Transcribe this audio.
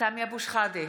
סמי אבו שחאדה,